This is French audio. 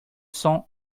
cents